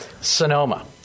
Sonoma